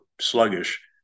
sluggish